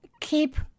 keep